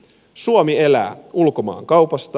suomi elää ulkomaankaupasta